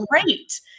great